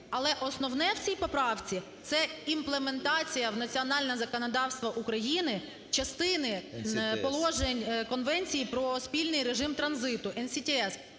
Але основне в цій поправці – це імплементація в національне законодавство України частини положень Конвенції про спільний режим транзиту NCTS.